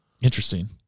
Interesting